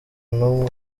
n’umwe